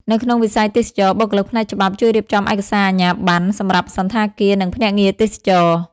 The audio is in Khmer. នៅក្នុងវិស័យទេសចរណ៍ បុគ្គលិកផ្នែកច្បាប់ជួយរៀបចំឯកសារអាជ្ញាប័ណ្ណសម្រាប់សណ្ឋាគារ និងភ្នាក់ងារទេសចរណ៍។